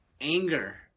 anger